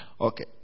Okay